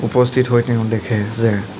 উপস্থিত হৈ তেওঁ দেখে যে